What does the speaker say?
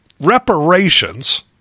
reparations